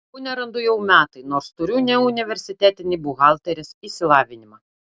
darbų nerandu jau metai nors turiu neuniversitetinį buhalterės išsilavinimą